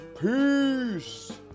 Peace